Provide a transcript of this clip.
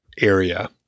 area